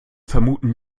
vermuten